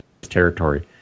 territory